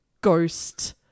Ghost